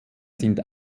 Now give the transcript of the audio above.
sind